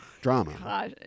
drama